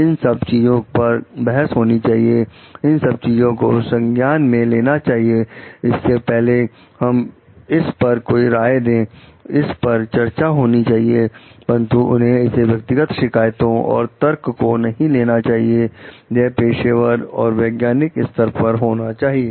इन सब चीजों पर बहस होनी चाहिए इन सब चीजों को संज्ञान में लेना चाहिए इससे पहले हम इस पर कोई राय दें इस पर चर्चा होनी चाहिए परंतु उन्हें इसे व्यक्तिगत शिकायतों और तर्कों को नहीं लेना चाहिए यह पेशेवर और वैज्ञानिक स्तर पर होना चाहिए